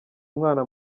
umwana